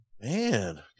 Man